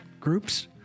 groups